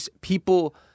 people